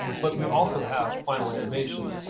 but we also have final animation.